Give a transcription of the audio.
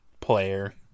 player